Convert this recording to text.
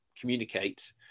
communicate